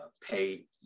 pay